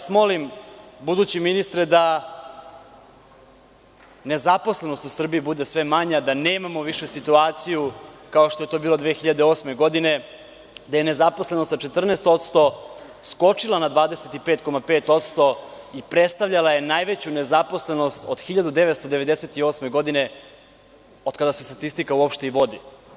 Molim vas, budući ministre, da nezaposlenost u Srbiji bude sve manja, da nemamo više situaciju kao što je to bilo 2008. godine, da je nezaposlenost sa 14% skočila na 25,5% i predstavljala je najveću nezaposlenost od 1998. godine, od kada se statistika uopšte i vodi.